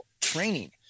training